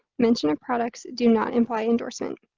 mention of products do not imply endorsement.